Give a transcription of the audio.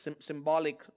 symbolic